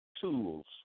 tools